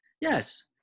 yes